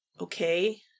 okay